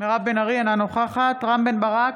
אינה נוכחת רם בן ברק,